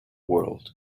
world